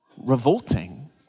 revolting